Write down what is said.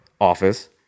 office